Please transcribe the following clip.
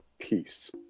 peace